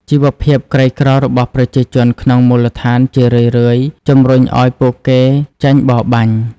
ជីវភាពក្រីក្ររបស់ប្រជាជនក្នុងមូលដ្ឋានជារឿយៗជំរុញឱ្យពួកគេចេញបរបាញ់។